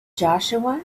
joshua